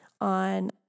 on